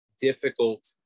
difficult